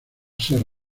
ser